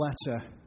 letter